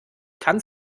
kann